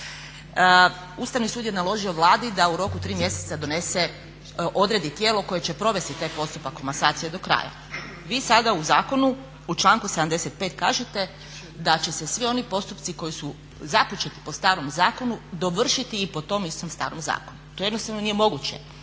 Ustavni sud je naložio Vladi da u roku od 3 mjeseca donese, odredi tijelo koje će provesti taj postupak komasacije do kraja. Vi sada u zakonu u članku 75. kažete da će se svi oni postupci koji su započeti po starom zakonu dovršiti i po tom istom starom zakonu. To jednostavno nije moguće.